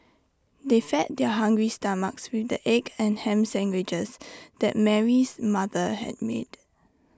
they fed their hungry stomachs with the egg and Ham Sandwiches that Mary's mother had made